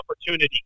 opportunity